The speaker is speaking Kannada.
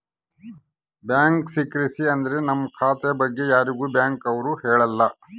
ಬ್ಯಾಂಕ್ ಸೀಕ್ರಿಸಿ ಅಂದ್ರ ನಮ್ ಖಾತೆ ಬಗ್ಗೆ ಯಾರಿಗೂ ಬ್ಯಾಂಕ್ ಅವ್ರು ಹೇಳಲ್ಲ